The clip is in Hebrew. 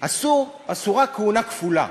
אסורה כהונה כפולה.